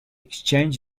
exchange